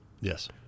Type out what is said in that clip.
Yes